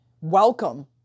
welcome